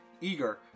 eager